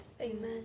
Amen